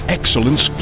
Excellence